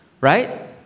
right